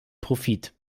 profit